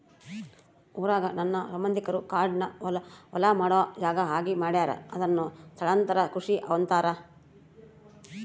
ಊರಾಗ ನನ್ನ ಸಂಬಂಧಿಕರು ಕಾಡ್ನ ಹೊಲ ಮಾಡೊ ಜಾಗ ಆಗಿ ಮಾಡ್ಯಾರ ಅದುನ್ನ ಸ್ಥಳಾಂತರ ಕೃಷಿ ಅಂತಾರ